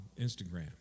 Instagram